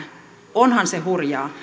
onhan se hurjaa